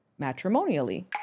matrimonially